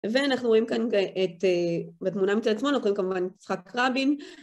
ואנחנו רואים כאן בתמונה מצד שמאל, רואים כאן כמובן את יצחק רבין.